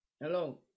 Hello